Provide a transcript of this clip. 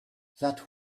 that